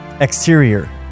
Exterior